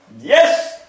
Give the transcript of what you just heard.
Yes